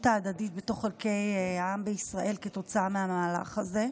ההדדית בתוך חלקי העם בישראל כתוצאה מהמהלך הזה,